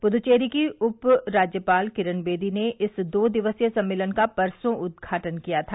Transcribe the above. पूद्दवेरी की उप राज्यपाल किरण बेदी ने इस दो दिवसीय सम्मेलन का परसों उद्घाटन किया था